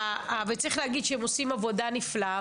וצריך להגיד שהם עושים עבודה נפלאה,